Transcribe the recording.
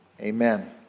Amen